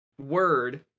word